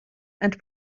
and